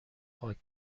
پاک